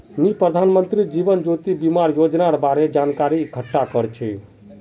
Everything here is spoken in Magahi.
मी प्रधानमंत्री जीवन ज्योति बीमार योजनार बारे जानकारी इकट्ठा कर छी